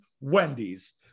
Wendy's